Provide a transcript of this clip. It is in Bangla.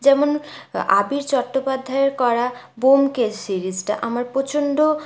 যেমন আবির চট্টোপাধ্যায়ের করা ব্যোমকেশ সিরিজটা আমার প্রচণ্ড